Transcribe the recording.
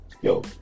yo